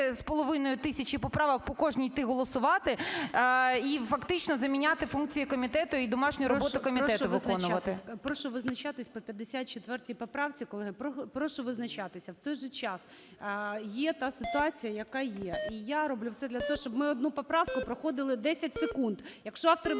будемо 4,5 тисячі поправок по кожній йти голосувати і фактично заміняти функції комітету, і домашню роботу комітету виконувати. ГОЛОВУЮЧИЙ. Прошу визначатись по 54 поправці. Колеги, прошу визначатися. В той же час є та ситуація, яка є, і я роблю все для того, щоб ми одну поправку проходили 10 секунд. Якщо автори